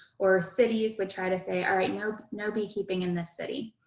or cities would try to say, all right, no no beekeeping in the city.